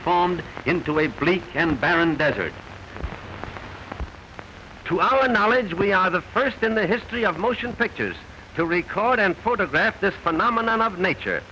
transformed into a bleak and barren desert to our knowledge we are the first in the history of motion pictures to recall and photograph this phenomenon of nature